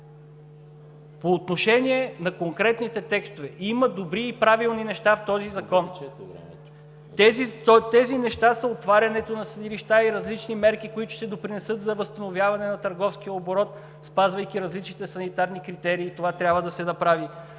По отношение на конкретните текстове. Има добри и правилни неща в този закон. Тези неща са отварянето на съдилища и различни мерки, които ще допринесат за възстановяване на търговския оборот, спазвайки различните санитарни критерии, и това трябва да се направи,